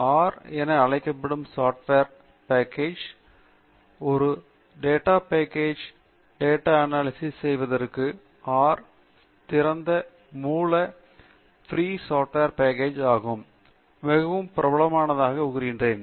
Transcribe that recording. R என அழைக்கப்படும் ஒரு சாப்ட்வேர் பேக்கேஜ் களில் ஒரு சில டேட்டா பேக்கேஜ் டேட்டா அனாலிசிஸ் செய்வதற்கு ஆர் திறந்த மூல மற்றும் பிரீ சாப்ட்வேர் பேக்கேஜ் ஆகும் மிகவும் பிரபலமானதாக கூறினேன்